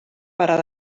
parar